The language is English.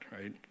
right